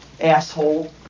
Asshole